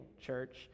church